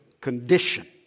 condition